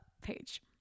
page